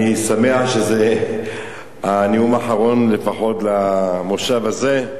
אני שמח שזה הנאום האחרון לפחות למושב הזה,